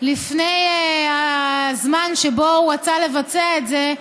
לפני הזמן שבו הוא רצה לבצע את זה,